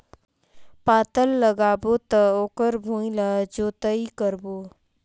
पातल लगाबो त ओकर भुईं ला जोतई करबो?